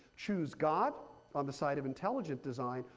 choose god on the side of intelligent design,